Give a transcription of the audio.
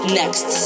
next